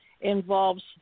involves